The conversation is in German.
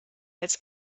als